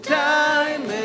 time